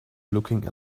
looking